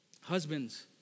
husbands